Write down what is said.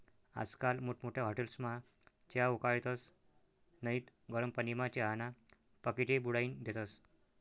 आजकाल मोठमोठ्या हाटेलस्मा चहा उकाळतस नैत गरम पानीमा चहाना पाकिटे बुडाईन देतस